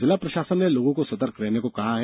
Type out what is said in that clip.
जिला प्रषासन ने लोगों को सतर्क रहने को कहा है